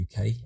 UK